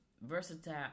versatile